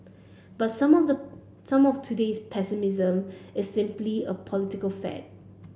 but some of the some of today's pessimism is simply a political fad